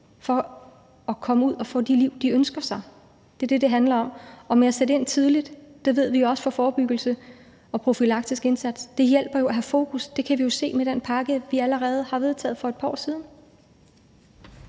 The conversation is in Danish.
for at komme ud og få de liv, de ønsker sig. Det er det, det handler om, og om at sætte ind tidligt – det ved vi også fra forebyggelse og profylaktisk indsats . Det hjælper at have fokus på det. Det kan vi jo se med den pakke, vi allerede har vedtaget for et par år siden.